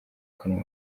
kanwa